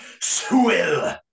swill